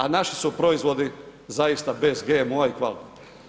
A naši su proizvoda zaista bez GMO-a i kvalitetni.